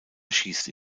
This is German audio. erschießt